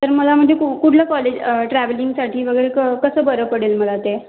तर मला म्हणजे कु कुठलं कॉलेज ट्रॅवलिंगसाठी वगैरे क् कसं बरं पडेल मला ते